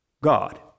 God